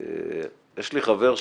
יש לי חבר,